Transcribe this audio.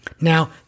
Now